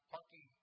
Parking